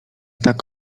tak